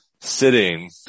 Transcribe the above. sitting